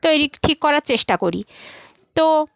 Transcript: তৈরি ঠিক করার চেষ্টা করি তো